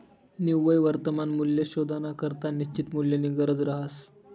निव्वय वर्तमान मूल्य शोधानाकरता निश्चित मूल्यनी गरज रहास